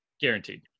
Guaranteed